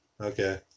Okay